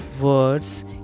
words